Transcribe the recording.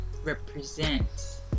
represents